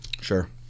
Sure